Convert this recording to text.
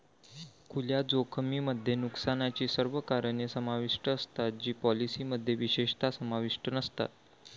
खुल्या जोखमीमध्ये नुकसानाची सर्व कारणे समाविष्ट असतात जी पॉलिसीमध्ये विशेषतः समाविष्ट नसतात